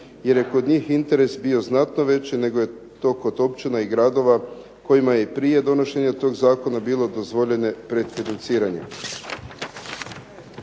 jer je kod njih interes bio znatno veći nego je to kod općina i gradova kojima je i prije donošenja toga zakona bilo dozvoljene predfinanciranje.